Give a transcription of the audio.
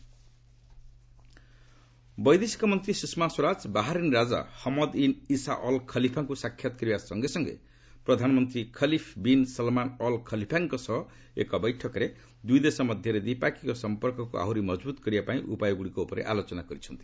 ସ୍ତଷମା Bahrain ବୈଦେଶିକ ମନ୍ତ୍ରୀ Sushma Swaraj Bahrain ରାଜା ହମଦ୍ ଇନ୍ ଇସା ଅଲ୍ ଖଲିଫାଙ୍କୁ ସାକ୍ଷାତ କରିବା ସଙ୍ଗେ ସଙ୍ଗେ ପ୍ରଧାନମନ୍ତ୍ରୀ ଖଲିଫ୍ ବିନ୍ ସଲମାନ୍ ଅଲ୍ ଖଲିଫାଙ୍କ ସହ ଏକ ବୈଠକରେ ଦୁଇ ଦେଶ ମଧ୍ୟରେ ଦ୍ୱିପାକ୍ଷିକ ସଂପର୍କକୁ ଆହୁରି ମକଭୂତ କରିବା ପାଇଁ ଉପାୟ ଗୁଡ଼ିକ ଉପରେ ଆଲୋଚନା କରିଛନ୍ତି